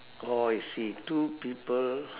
orh I see two people